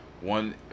One